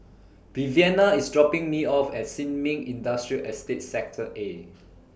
Viviana IS dropping Me off At Sin Ming Industrial Estate Sector A